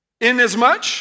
inasmuch